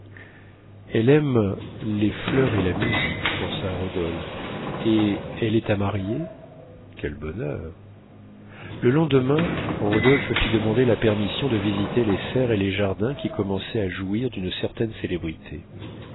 elle aime les fleurs et la musique pensa rodolphe et elle est à marier quel bonheur le lendemain rodolphe fit demander la permission de visiter les serres et les jardins qui commençaient à jouir d'une certaine célébrité